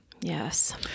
Yes